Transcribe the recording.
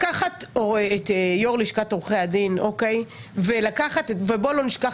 לקחת את יושב ראש לשכת עורכי הדין ובוא לא נשכח